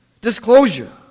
disclosure